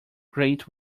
great